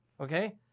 okay